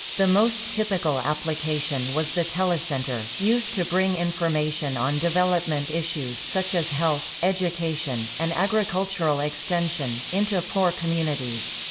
the most typical application was the telecentre, used to bring information on development issues such as health, education, and agricultural extension, into poor communities.